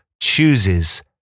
chooses